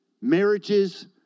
Marriages